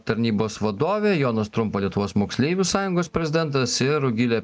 tarnybos vadovė jonas trumpa lietuvos moksleivių sąjungos prezidentas ir rugilė